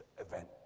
event